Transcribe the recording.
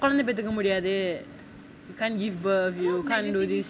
கொழந்த பெத்துக்க முடியாது:kolantha pethuka mudiyaathu you can't give birth you can't do this